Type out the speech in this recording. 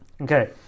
okay